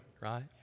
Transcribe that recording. right